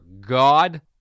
god